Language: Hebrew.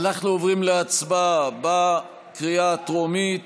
אנחנו עוברים להצבעה בקריאה הטרומית